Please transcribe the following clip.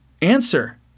answer